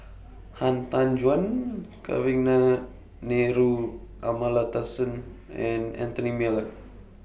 Han Tan Juan Kavignareru Amallathasan and Anthony Miller